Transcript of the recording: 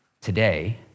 today